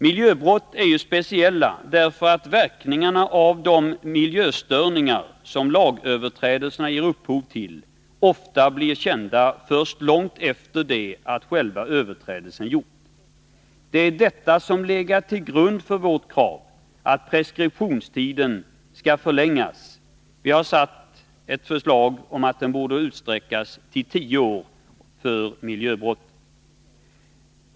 Miljöbrott är ju speciella därför att verkningarna av de miljöstörningar som följer i och med lagöverträdelserna ofta blir kända först långt efter det att själva överträdelsen gjordes. Det är detta som legat till grund för vårt krav att preskriptionstiden skall förlängas. Vi har föreslagit att den utsträcks till tio år för miljöbrott.